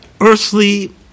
earthly